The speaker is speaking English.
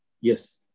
Yes